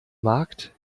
markt